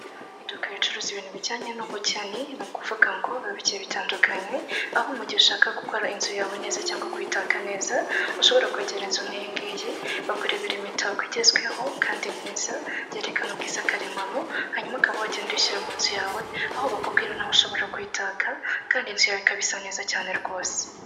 Iduka ricuruza ibintu bijyanye n'ubugeni ni ukuvuga ngo babike bitandukanye aho mugihe ushaka gukora inzu yawe neza cyangwa kuyitaka neza ushobora kwegera inzu nkiyingiyi bakurebera imitako igezweho kandi myiza, byerekana ubwiza karemano hanyuma ukaba wagenda ushyira mu nzu yawe aho bakubwira nawe ushobora kuyitaka kandi inzu yawe ikaba isa neza cyane rwose.